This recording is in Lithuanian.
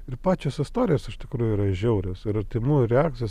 ir pačios istorijos iš tikrųjų yra žiaurios ir artimųjų reakcijos